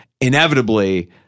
inevitably